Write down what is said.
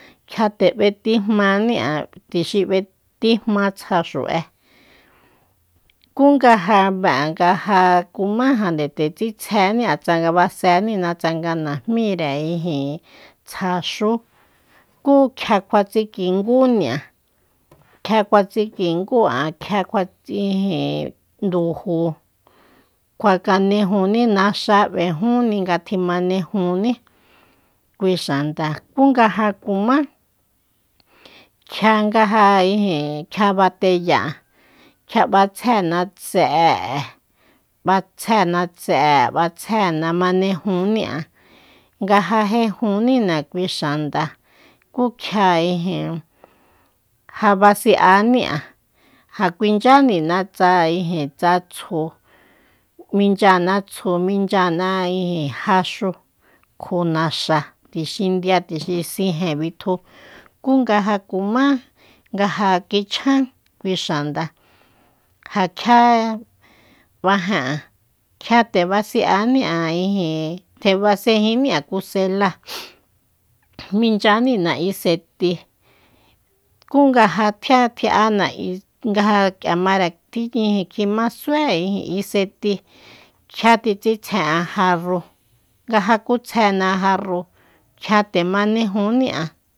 Kjia teb'étíjmaní'an tuxi tíjma tsa xu'e kú nga ja be'an nga ja kumájande nde tsitsjéña'an tsanga basénina tsanga najmíre tsja xú kú kjia kjuatsikingúña'a- kjia kuatsikingú'an kjia kua ijin ndujuu kjuakanejuní naxá b'ejúni nga tjimanejuní kui xanda kui nga ja kumá kjia nga ijin kjia bateya'a kjia b'atsjena tse'e'e b'atsjena tse'e'e b'atsjena manejúní'án nga ja jejúnina kui xanda ku kjia ijin ja basi'aní'a ja kuinchyanina tsa ijin tsa tsju minchyana tsju minchyana ijin jaxúu kjo naxa tuxi ndia tuxi sijen bitju ku nga ja kumá nga ja kichjan kui xanda ja kjia b'ajen'an kjia tebasi'aní'an ijin tebasejiní'an kuseláa minchyanina isetíi kú nga ja tjian tji'ana nga ja k'ia mare kji- kjimasué isetíi kjia tetsitsje'an jarrúu nga ja kutsjena jarrúu kjia te manejúni'an